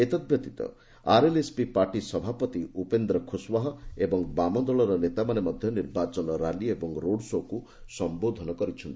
ଏତଦ୍ ବ୍ୟତୀତ ଆର୍ଏଲ୍ଏସ୍ପି ପାର୍ଟି ସଭାପତି ଉପେନ୍ଦ୍ର ଖୁସ୍ୱା ଓ ବାମଦଳର ନେତାମାନେ ମଧ୍ୟ ନିର୍ବାଚନ ର୍ୟାଲି ଓ ରୋଡ୍ ଶୋ'କୁ ସମ୍ବୋଧନ କରିଛନ୍ତି